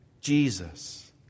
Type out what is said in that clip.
jesus